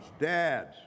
dads